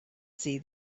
see